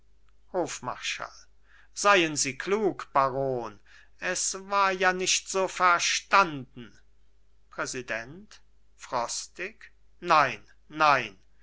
hofmarschall seien sie klug baron es war ja nicht so verstanden präsident frostig nein nein